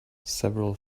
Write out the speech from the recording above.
several